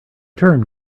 term